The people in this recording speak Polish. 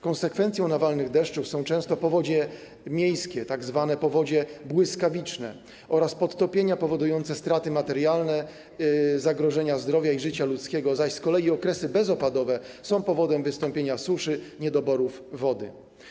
Konsekwencją nawalnych deszczów są często powodzie miejskie, tzw. powodzie błyskawiczne, oraz podtopienia powodujące straty materialne, zagrożenie zdrowia i życia ludzkiego, z kolei okresy bezopadowe są powodem wystąpienia suszy, niedoborów wody.